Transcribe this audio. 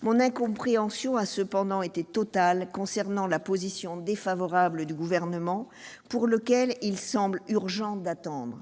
mon incompréhension a cependant été totale à l'annonce de la position défavorable du Gouvernement. Il vous semble urgent d'attendre,